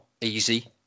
easy